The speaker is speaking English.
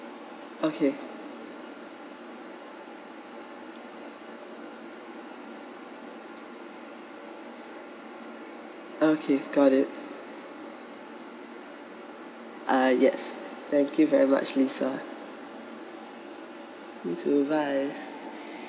okay okay got it ah yes thank you very much lisa you too bye